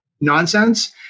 nonsense